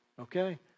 Okay